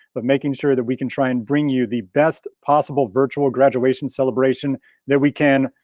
but making sure that we can try and bring you the best possible virtual graduation celebration that we can,